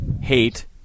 hate